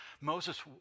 Moses